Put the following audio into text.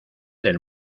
del